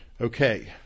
Okay